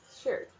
Sure